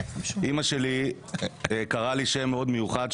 אימא שלי נתנה לי שם מאוד מיוחד,